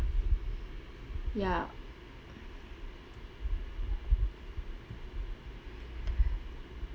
ya